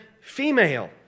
female